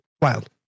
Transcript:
wild